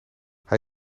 hij